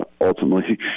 ultimately